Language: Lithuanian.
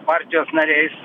partijos nariais